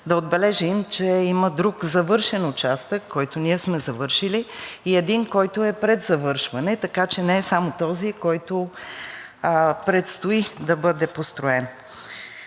да отбележим, че има друг, завършен участък, който ние сме завършили, и един, който е пред завършване, така че не е само този, който предстои да бъде построен.